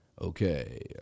Okay